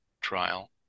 trial